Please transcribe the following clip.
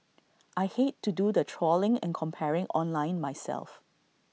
I hate to do the trawling and comparing online myself